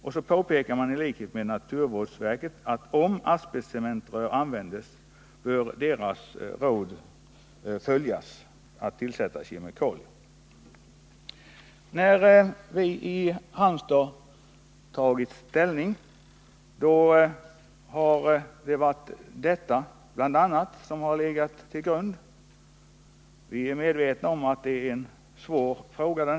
— I likhet med naturvårdsverket påpekar laboratoriet också att om asbestcementrör används, bör rådet att tillsätta kemikalier följas. Det är bl.a. detta som legat till grund för vårt ställningstagande i Halmstad. Vi är medvetna om att det här är en svår fråga.